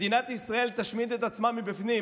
מדינת ישראל תשמיד את עצמה מבפנים.